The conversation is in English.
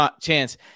chance